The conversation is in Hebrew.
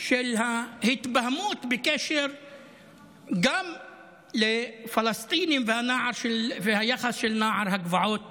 של ההתבהמות גם בקשר לפלסטינים ושל היחס של נוער הגבעות